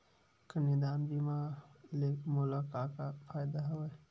कन्यादान बीमा ले मोला का का फ़ायदा हवय?